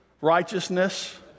righteousness